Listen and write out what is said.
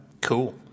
cool